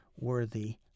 worthy